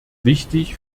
wichtig